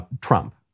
Trump